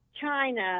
china